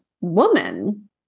woman